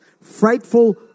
Frightful